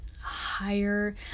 higher